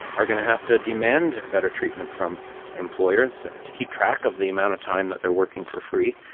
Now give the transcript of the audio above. are going to have to demand better treatment from employers to keep track of the amount of time that they are working for free.